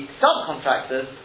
subcontractors